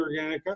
Organica